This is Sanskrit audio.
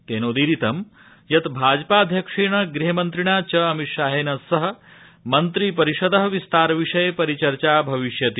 तेनोदीरितं यत् भाजपाध्यक्षेण गृहमन्त्रिणा च अमितशाहेन सह मन्त्रिपरिषद विस्तार विषये परिचर्चा भविष्यति